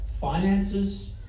finances